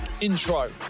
intro